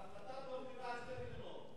החלטת האו"ם דיברה על שתי מדינות.